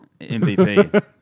MVP